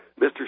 Mr